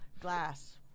Glass